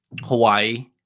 Hawaii